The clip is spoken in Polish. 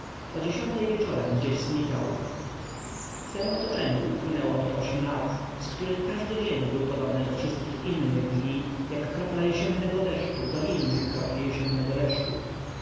o dziesiątej wieczorem gdzieś znikał w tem otoczeniu upłynęło mi ośm lat z których każdy dzień był podobny do wszystkich innych dni jak kropla jesiennego deszczu do innych kropli jesiennego deszczu